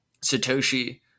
Satoshi